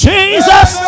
Jesus